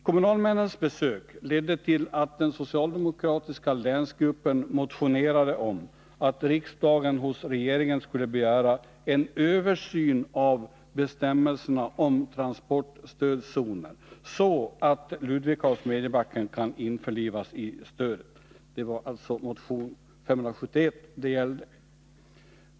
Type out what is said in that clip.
Kommunalmännens besök ledde till att den socialdemokratiska länsgruppen motionerade om att riksdagen hos regeringen skulle begära en översyn av bestämmelserna om transportstödzoner, så att Ludvika och Smedjebacken kan införlivas i stödet. Det gäller alltså motion 571.